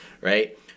right